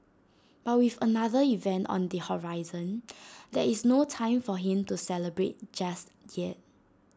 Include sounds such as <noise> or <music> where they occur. but with another event on the horizon <noise> there is no time for him to celebrate just yet